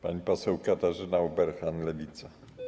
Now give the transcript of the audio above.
Pani poseł Katarzyna Ueberhan, Lewica.